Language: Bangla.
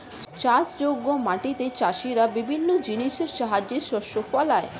চাষযোগ্য মাটিতে চাষীরা বিভিন্ন জিনিসের সাহায্যে শস্য ফলায়